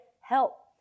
help